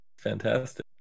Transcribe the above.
fantastic